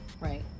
Right